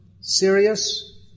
serious